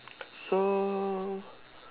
so